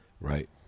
Right